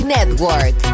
Network